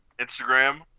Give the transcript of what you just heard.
Instagram